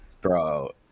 bro